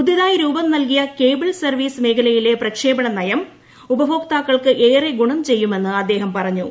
പുതുതായി രൂപം നൽകിയ കേബിൾ സർവ്വീസ് മേഖലയിലെ പ്രക്ഷേപണ നയം ഉപഭോക്താക്കൾക്ക് ഏറെ ഗുണം ചെയ്യുമെന്ന് അദ്ദേഹം പറഞ്ഞു